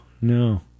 no